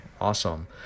awesome